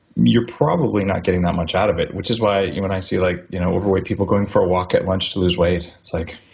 you're probably not getting that much out of it. which is why when i see like you know overweight people going for a walk at lunch to lose weight it's like,